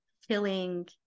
filling